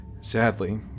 Sadly